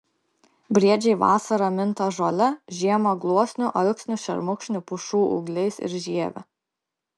briedžiai vasarą minta žole žiemą gluosnių alksnių šermukšnių pušų ūgliais ir žieve